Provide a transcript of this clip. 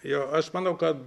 jo aš manau kad